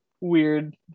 weird